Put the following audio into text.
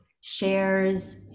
shares